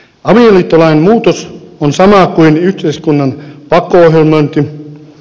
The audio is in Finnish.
avioliittolain muutos on sama kuin yhteiskunnan pakko ohjelmointi